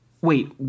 Wait